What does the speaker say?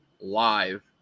live